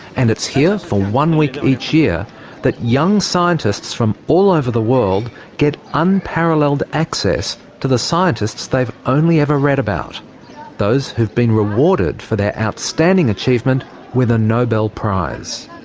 and it's here for one week each year that young scientists from all over the world get unparalleled access to the scientists they've only ever read about those who've been rewarded for their outstanding achievement with a nobel prize.